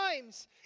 times